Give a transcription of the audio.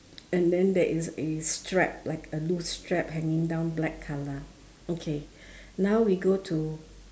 and then there is a strap like a loose strap hanging down black colour okay now we go to